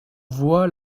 voix